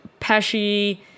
Pesci